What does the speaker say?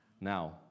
now